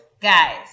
Guys